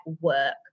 work